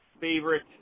favorite